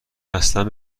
اصلن